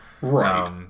Right